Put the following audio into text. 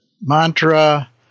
mantra